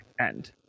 end